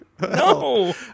No